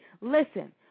Listen